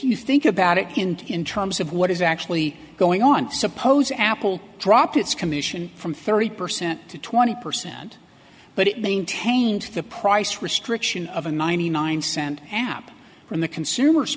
you think about it in in terms of what is actually going on suppose apple dropped its commission from thirty percent to twenty percent but it maintained the price restriction of a ninety nine cent app from the consumer